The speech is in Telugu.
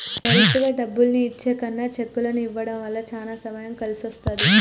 డైరెక్టుగా డబ్బుల్ని ఇచ్చే కన్నా చెక్కుల్ని ఇవ్వడం వల్ల చానా సమయం కలిసొస్తది